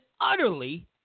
utterly